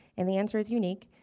and the answer is unique.